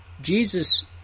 Jesus